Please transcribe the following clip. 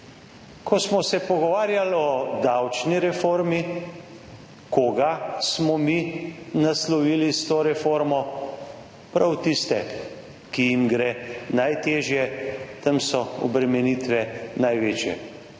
Ko smo se pogovarjali o davčni reformi, koga smo mi naslovili s to reformo? Prav tiste, ki jim gre najtežje, tam so obremenitve največje.